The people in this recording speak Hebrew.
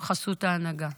בחסות ההנהגה,